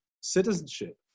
citizenship